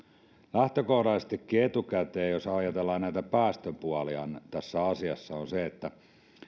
lähtökohtaisestikin etukäteen jos ajatellaan näitä päästöpuolia tässä asiassa niin ei